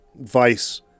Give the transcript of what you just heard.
Vice